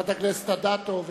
הכנסת אדטו,